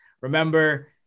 Remember